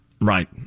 Right